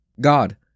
God